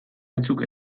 batzuk